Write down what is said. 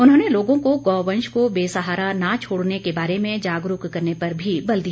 उन्होंने लोगों को गौ वंश को बेसहारा न छोड़ने के बारे में जागरूक करने पर भी बल दिया